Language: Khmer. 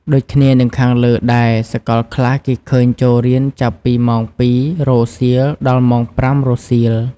ដូចគ្នានិងខាងលើដែរ សកលខ្លះ គេឃើញចូលរៀនចាប់ពីម៉ោង ២ៈ០០ រសៀល ដល់ម៉ោង ៥ៈ០០ រសៀល ។